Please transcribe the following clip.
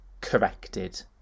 corrected